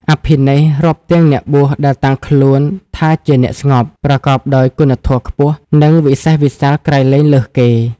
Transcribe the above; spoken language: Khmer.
អភិនេស្ក្រម៍ រាប់ទាំងអ្នកបួសដែលតាំងខ្លួនថាជាអ្នកស្ងប់ ប្រកបដោយគុណធម៌ខ្ពស់ និងវិសេសវិសាលក្រៃលែងលើសគេ ។